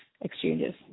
exchanges